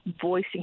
voicing